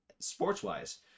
Sports-wise